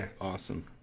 awesome